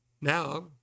Now